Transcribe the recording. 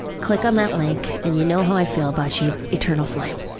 click on that link and you know how i feel about you. eternal flame!